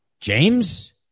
James